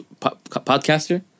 podcaster